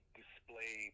display